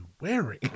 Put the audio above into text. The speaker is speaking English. wearing